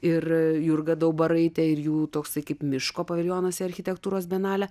ir jurga daubaraitė ir jų toksai kaip miško paviljonuose architektūros bienalė